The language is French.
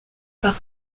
par